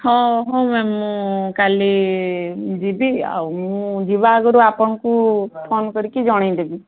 ହଁ ହଁ ମ୍ୟାମ୍ ମୁଁ କାଲି ଯିବି ଆଉ ମୁଁ ଯିବା ଆଗରୁ ଆପଣଙ୍କୁ ଫୋନ୍ କରିକି ଜଣାଇ ଦେବି